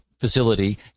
facility